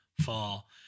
fall